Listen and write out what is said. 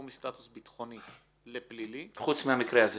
מסטאטוס ביטחוני לפלילי חוץ מהמקרה הזה